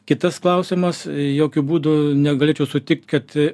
kitas klausimas jokiu būdu negalėčiau sutikt kad